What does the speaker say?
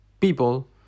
people